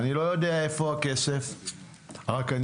אני לא יודע איפה הכסף,